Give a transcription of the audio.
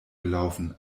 gelaufen